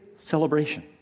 celebration